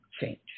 change